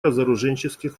разоружененческих